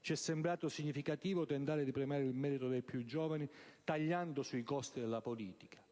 Ci è sembrato significativo tentare di premiare il merito dei più giovani tagliando sui costi della politica